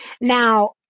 Now